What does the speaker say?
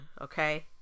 okay